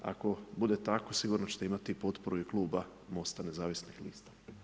Ako bude tako, sigurno ćete imati i potporu Kluba Mosta nezavisnih lista.